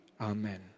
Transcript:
Amen